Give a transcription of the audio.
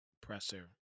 presser